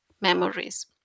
memories